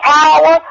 power